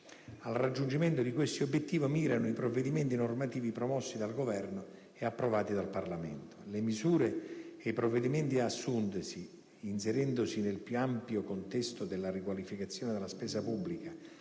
Al raggiungimento di questi obiettivi mirano i provvedimenti normativi promossi dal Governo ed approvati dal Parlamento. Le misure e i provvedimenti assunti - inserendosi nel più ampio contesto della riqualificazione della spesa pubblica,